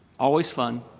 always fun,